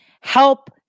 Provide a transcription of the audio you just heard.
help